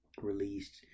released